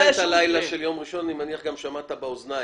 שמעת על הלילה של יום ראשון ואני מניח ששמעת שגם שמעת באוזניך.